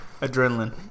Adrenaline